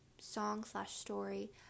song-slash-story